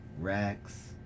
REX